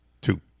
two